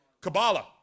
Kabbalah